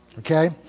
Okay